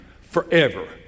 forever